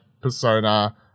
Persona